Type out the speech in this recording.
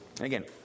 Again